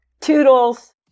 toodles